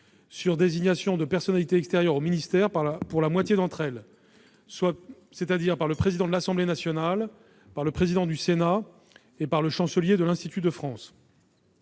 sur désignation de personnalités extérieures au ministère pour la moitié d'entre elles- par le président de l'Assemblée nationale, par le président du Sénat et par le chancelier de l'Institut de France.